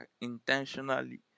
intentionally